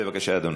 בבקשה, אדוני.